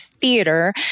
theater